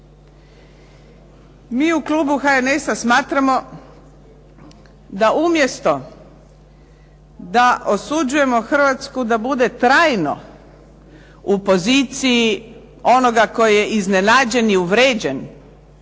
Mi u klubu HNS-a smatramo da umjesto da osuđujemo Hrvatsku da bude trajno u poziciji onoga koji je iznenađen i uvrijeđen